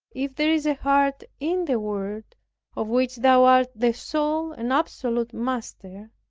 if there is a heart in the world of which thou art the sole and absolute master,